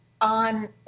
on